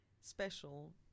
special